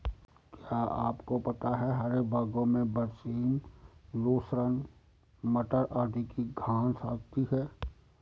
क्या आपको पता है हरे चारों में बरसीम, लूसर्न, मटर आदि की घांस आती है?